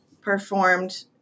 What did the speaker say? performed